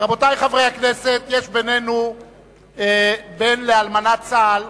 רבותי חברי הכנסת, יש בינינו בן לאלמנת צה"ל,